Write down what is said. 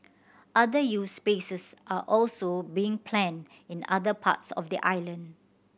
other youth spaces are also being planned in other parts of the island